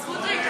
סמוטריץ,